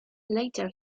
later